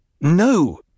No